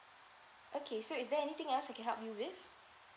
okay so is there anything else I can help you with